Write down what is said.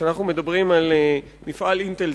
וכאשר אנחנו מדברים על מפעל "אינטל",